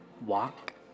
walk